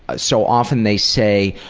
so often they say,